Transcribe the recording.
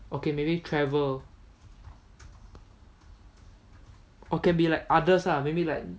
okay maybe travel or can be like others lah maybe like